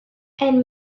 and